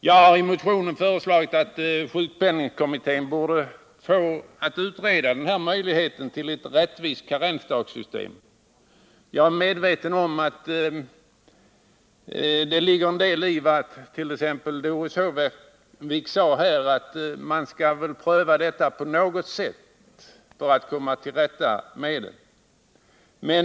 Jag har i motionen föreslagit att sjukpenningkommittén skall få i uppdrag att utreda frågan om ett rättvist karensdagssystem. Jag är medveten om att det ligger en del i vad t.ex. Doris Håvik sade om att man skall pröva det här på något sätt för att komma till rätta med de existerande problemen.